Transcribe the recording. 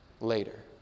later